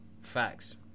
Facts